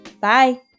Bye